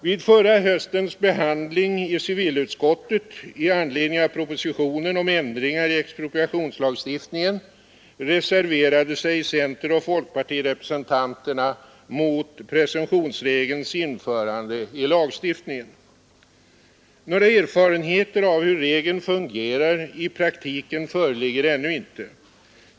Vid förra höstens behandling i civilutskottet av propositionen om ändringar i expropriationslagstiftningen reserverade sig centeroch folkpartireprensentanterna mot presumtionsregelns införande i lagstiftningen. Några erfarenheter av hur regeln fungerar i praktiken föreligger ännu icke.